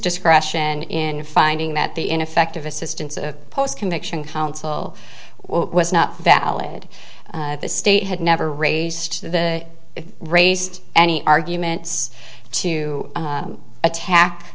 discretion in finding that the ineffective assistance of post conviction counsel was not valid the state had never raised the raised any arguments to attack